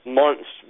months